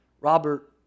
Robert